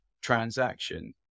transaction